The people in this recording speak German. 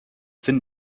sinn